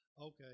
Okay